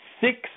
six